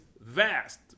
vast